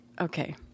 Okay